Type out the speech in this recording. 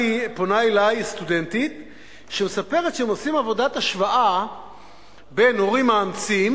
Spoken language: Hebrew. מסטודנטית שמספרת שהם עושים עבודת השוואה בין הורים מאמצים